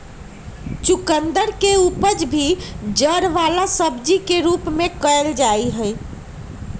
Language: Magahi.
चुकंदर के उपज भी जड़ वाला सब्जी के रूप में कइल जाहई